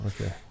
Okay